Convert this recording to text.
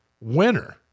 winner